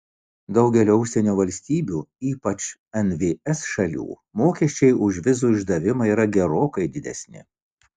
daugelio užsienio valstybių ypač nvs šalių mokesčiai už vizų išdavimą yra gerokai didesni